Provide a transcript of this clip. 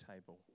table